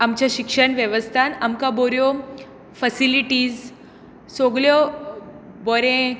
आमच्या शिक्षण वेवस्थान आमकां बऱ्यो फसिलिटीज सगल्यो बरें